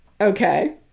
Okay